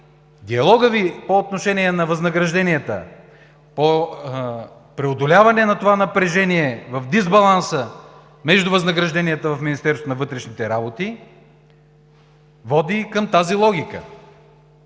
диалогът Ви по отношение на възнагражденията по преодоляване на това напрежение в дисбаланса между възнагражденията в Министерството на